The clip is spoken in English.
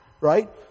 Right